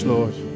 Lord